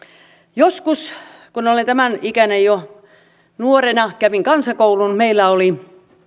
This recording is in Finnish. joskus kun olen tämän ikäinen jo nuorena kävin kansakoulun meillä oli